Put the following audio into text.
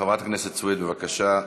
חברת הכנסת סויד, בבקשה.